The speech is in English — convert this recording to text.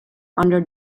under